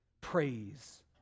Praise